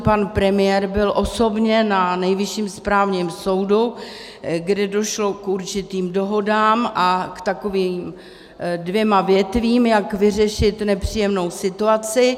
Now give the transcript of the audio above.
Pan premiér byl osobně na Nejvyšším správním soudu, kde došlo k určitým dohodám a k takovým dvěma větvím, jak vyřešit nepříjemnou situaci.